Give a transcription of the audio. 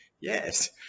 Yes